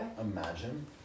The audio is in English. Imagine